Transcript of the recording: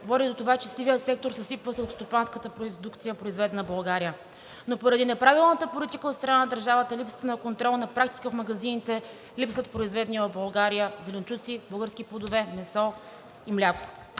води до това, че сивият сектор съсипва селскостопанската продукция, произведена в България. Но поради неправилната политика от страна на държавата и липсата на контрол на практика в магазините липсват произведени в България зеленчуци, български плодове, месо и мляко.